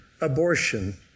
abortion